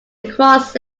across